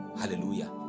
hallelujah